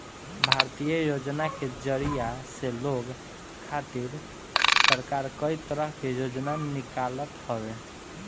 भारतीय योजना के जरिया से लोग खातिर सरकार कई तरह के योजना निकालत हवे